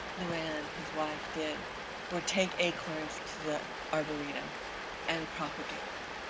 louanne, his wife, did were take acorns to the arboretum and propagate them.